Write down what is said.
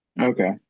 Okay